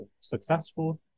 successful